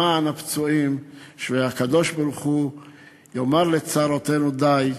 למען הפצועים, שהקדוש-ברוך-הוא יאמר לצרותינו די,